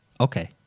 Okay